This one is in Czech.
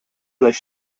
lež